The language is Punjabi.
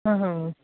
ਹਾਂ ਹਾਂ